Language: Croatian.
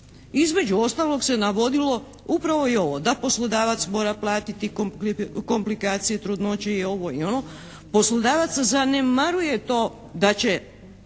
Između ostalog se navodilo upravo i ovo, da poslodavac mora platiti komplikacije trudnoće i ovo i ono, poslodavac zanemaruje to da će